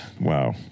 wow